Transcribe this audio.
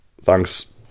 thanks